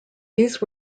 these